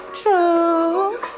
True